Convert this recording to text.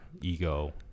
ego